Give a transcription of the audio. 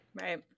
Right